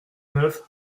neuf